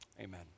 Amen